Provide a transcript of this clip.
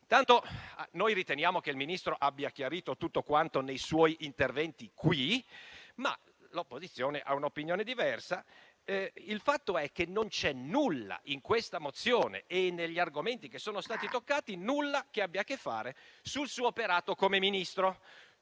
Intanto noi riteniamo che il Ministro abbia chiarito tutto quanto nei suoi interventi in Senato. L'opposizione ha invece un'opinione diversa. Il fatto è che non c'è nulla in questa mozione e negli argomenti che sono stati toccati che abbia a che fare con il suo operato come Ministro,